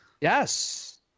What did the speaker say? Yes